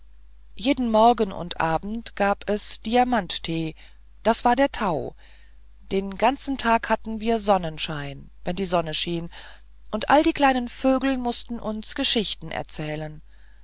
jeden morgen und abend gab es diamantthee das war der thau den ganzen tag hatten wir sonnenschein wenn die sonne schien und alle die kleinen vögel mußten uns geschichten erzählen